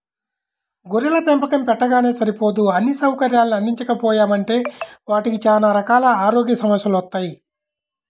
గొర్రెల పెంపకం పెట్టగానే సరిపోదు అన్నీ సౌకర్యాల్ని అందించకపోయామంటే వాటికి చానా రకాల ఆరోగ్య సమస్యెలొత్తయ్